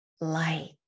light